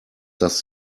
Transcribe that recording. das